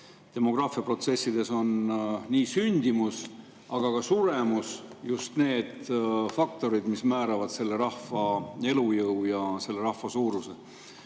demograafiaprotsessides on nii sündimus kui ka suremus just need faktorid, mis määravad rahva elujõu ja rahva suuruse.